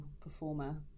performer